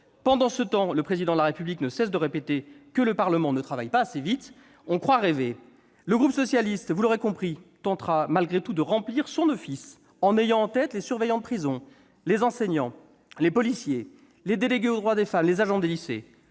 Pendant ce temps, le Président de la République ne cesse de répéter que le Parlement ne travaille pas assez vite. On croit rêver ! Le groupe socialiste, vous l'aurez compris, tentera malgré tout de remplir son office en ayant en tête les surveillants de prison, les enseignants, les policiers, les délégués aux droits des femmes, les agents des lycées.